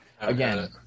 Again